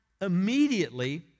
immediately